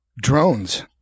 Drones